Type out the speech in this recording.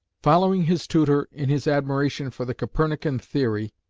following his tutor in his admiration for the copernican theory,